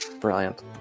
Brilliant